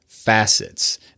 facets